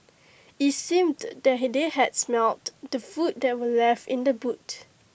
IT seemed that they had smelt the food that were left in the boot